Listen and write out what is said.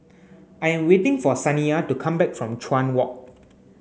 I am waiting for Saniyah to come back from Chuan Walk